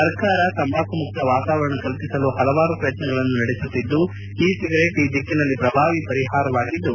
ಸರ್ಕಾರ ತಂಬಾಕು ಮುಕ್ತ ವಾತಾವರಣ ಕಲ್ಪಿಸಲು ಹಲವಾರು ಪ್ರಯತ್ನಗಳನ್ನು ನಡೆಸುತ್ತಿದ್ದು ಇ ಿಗರೇಟ್ ಈ ದಿಕ್ಕನಲ್ಲಿ ಶ್ರಭಾವಿ ಪರಿಹಾರವಾಗಿದ್ದು